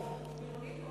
טירונית,